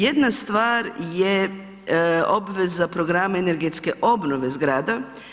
Jedna stvar je obveza programa energetske obnove zgrada.